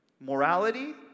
morality